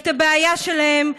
את הבעיה שלהם,